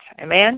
Amen